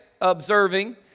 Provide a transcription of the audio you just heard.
observing